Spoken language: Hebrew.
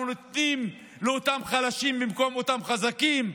אנחנו נותנים לאותם חלשים במקום אותם חזקים.